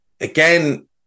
Again